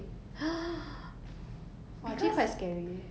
now is like 很多 conflict 了 then got what